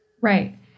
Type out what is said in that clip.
Right